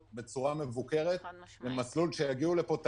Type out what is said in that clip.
בגלל זה ברגע שנדע שכל מי שיוצא יוצא עם